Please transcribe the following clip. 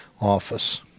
office